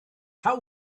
how